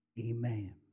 amen